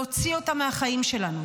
להוציא אותה מהחיים שלנו,